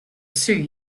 sioux